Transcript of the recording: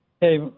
Hey